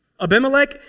Abimelech